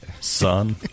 son